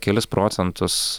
kelis procentus